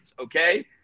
Okay